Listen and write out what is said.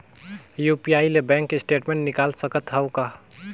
UPI ले bank statement निकाल सकत हवं का?